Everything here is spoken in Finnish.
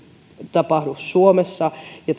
tapahdu suomessa ja